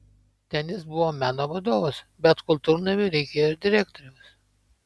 ten jis buvo meno vadovas bet kultūrnamiui reikėjo ir direktoriaus